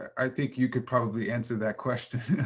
i think you could probably answer that question.